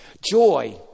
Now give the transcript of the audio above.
Joy